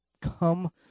come